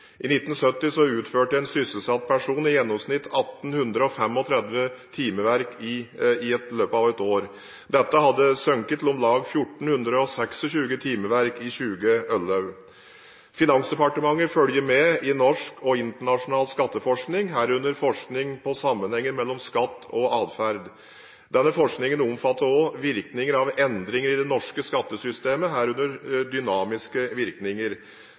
I 1970 utførte en sysselsatt person i gjennomsnitt 1 835 timeverk i løpet av ett år. Dette hadde sunket til om lag 1 426 timeverk i 2011. Finansdepartementet følger med i norsk og internasjonal skatteforskning, herunder forskning på sammenhengen mellom skatt og atferd. Denne forskningen omfatter også virkninger av endringer i det norske skattesystemet, herunder dynamiske virkninger.